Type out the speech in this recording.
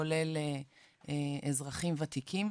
כולל אזרחים ותיקים,